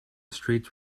streets